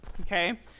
okay